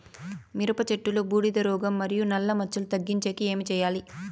మిరప చెట్టులో బూడిద రోగం మరియు నల్ల మచ్చలు తగ్గించేకి ఏమి చేయాలి?